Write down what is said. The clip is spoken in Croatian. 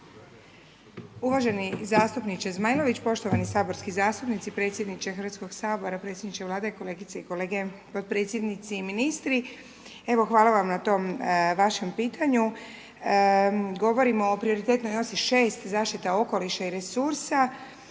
Uvaženi zastupniče Zmajlović, poštovani saborski zastupnici, predsjedniče Hrvatskog sabora, predsjedniče Vlade, kolegice i kolege potpredsjednici i ministri. Evo, hvala Vam na tom vašem pitanju. Govorimo o prioritetnoj .../Govornik se